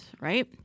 right